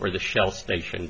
or the shell station